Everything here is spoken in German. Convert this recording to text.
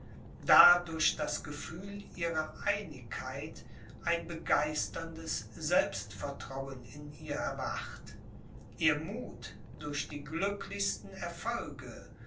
da durch das gefühl ihrer einigkeit ein begeisterndes selbstvertrauen in ihr erwacht ihr muth durch die glücklichsten erfolge